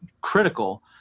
critical